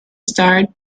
starred